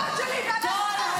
חברת הכנסת גוטליב, תני לאנשים לדבר.